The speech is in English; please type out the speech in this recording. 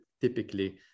typically